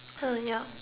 uh yup